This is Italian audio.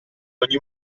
ogni